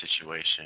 situation